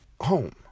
home